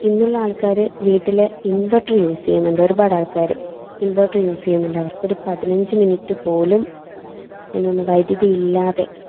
ഇന്നുള്ള ആൾക്കാർ വീട്ടിൽ ഇൻവെർട്ടർ യൂസ് ചെയ്യുന്നുണ്ട് ഒരുപാട് ആൾക്കാർ ഇൻവെർട്ടർ യൂസ് ചെയ്യുന്നുണ്ട് അവർക്കൊരു പതിനഞ്ചു മിനിറ്റ് പോലും എന്താണ് വൈദ്യുതി ഇല്ലാതെ